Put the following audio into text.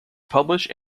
published